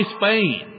Spain